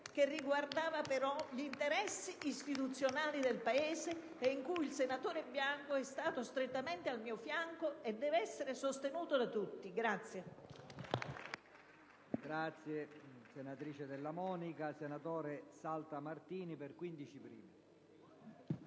che riguardava però gli interessi istituzionali del Paese e in cui il senatore Bianco è stato strettamente al mio fianco e deve essere sostenuto da tutti.